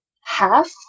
half